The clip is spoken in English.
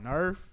Nerf